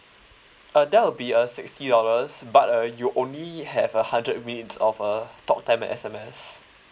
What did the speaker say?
uh that will be a sixty dollars but uh you only have a hundred minutes of uh talk time and S_M_S